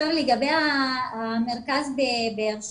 לגבי המרכז בבאר שבע.